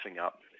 up